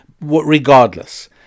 regardless